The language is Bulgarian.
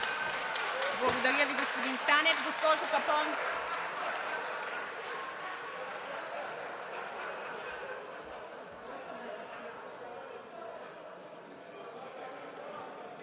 Благодаря Ви, господин Станев. Госпожо Капон,